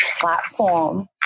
platform